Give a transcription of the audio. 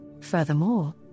Furthermore